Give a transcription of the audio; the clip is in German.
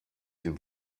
den